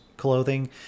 clothing